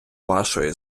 вашої